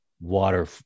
water